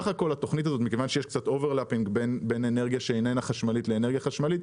מכיוון שיש קצת חפיפה בין אנרגיה שאיננה חשמלית לאנרגיה חשמלית,